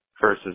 versus